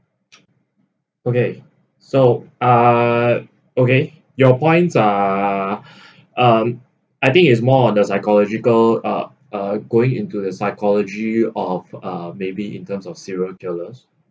okay so uh okay your points uh um I think is more on the psychological uh uh going into the psychology or of uh maybe in terms of serial killers